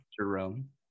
Jerome